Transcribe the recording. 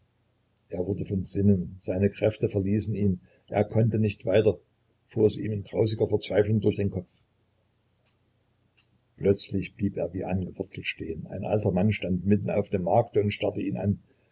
er wurde von sinnen seine kräfte verließen ihn er konnte nicht weiter fuhr es ihm in grausiger verzweiflung durch den kopf plötzlich blieb er wie angewurzelt stehen ein alter mann stand mitten auf dem markte und starrte ihn an